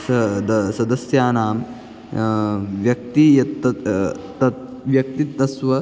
स द सदस्यानां व्यक्तिः यत् तत् तत् व्यक्तित्वस्य